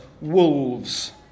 wolves